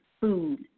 food